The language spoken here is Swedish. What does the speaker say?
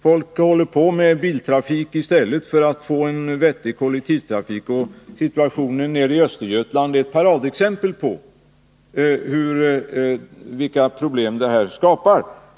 Folk håller på med biltrafik i stället för att få en vettig kollektivtrafik. Situationen nere i Östergötland är ett paradexempel på vilka problem det här skapar.